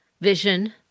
vision